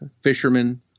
fishermen